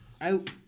out